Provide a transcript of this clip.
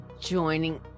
joining